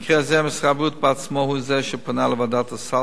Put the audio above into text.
במקרה זה משרד הבריאות בעצמו הוא זה שפנה לוועדת הסל